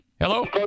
Hello